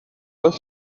left